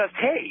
hey